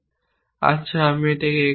আচ্ছা আমি এটাকে x বলেছি